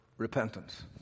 Repentance